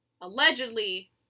Allegedly